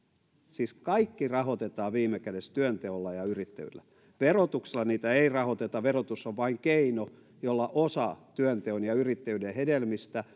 siis kaikki rahoitetaan viime kädessä työnteolla ja yrittäjyydellä verotuksella niitä ei rahoiteta verotus on vain keino jolla osa työnteon ja yrittäjyyden hedelmistä